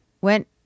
went